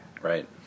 right